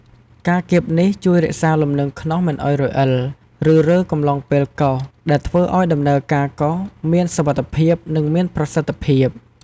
ការគៀបនេះជួយរក្សាលំនឹងខ្ន្នោសមិនឱ្យរអិល ឬរើកំឡុងពេលកោស ដែលធ្វើឱ្យដំណើរការកោសមានសុវត្ថិភាព និងមានប្រសិទ្ធភាព។